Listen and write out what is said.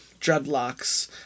dreadlocks